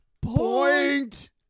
Point